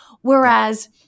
Whereas